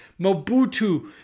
Mobutu